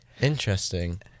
Interesting